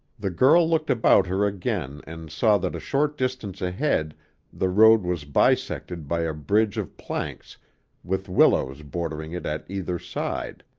the girl looked about her again and saw that a short distance ahead the road was bisected by a bridge of planks with willows bordering it at either side.